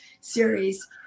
series